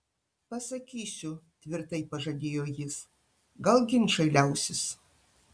pasakysiu tvirtai pažadėjo jis gal ginčai liausis